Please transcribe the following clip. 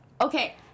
okay